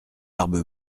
barbe